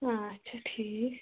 اچھا ٹھیٖک